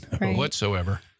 whatsoever